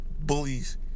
bullies